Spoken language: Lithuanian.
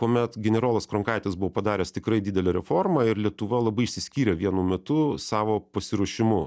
kuomet generolas kronkaitis buvo padaręs tikrai didelę reformą ir lietuva labai išsiskyrė vienu metu savo pasiruošimu